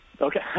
Okay